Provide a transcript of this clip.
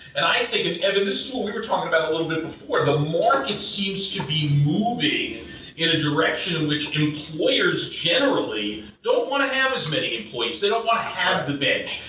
and i think if. evan, this is what we were talking about a little bit before, the market seems to be moving in a direction in which employers generally don't wanna have as many employees, they don't wanna have the bench.